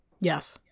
yes